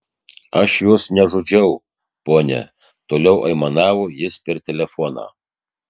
aš jos nežudžiau ponia toliau aimanavo jis per telefoną